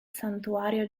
santuario